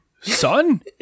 Son